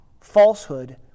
falsehood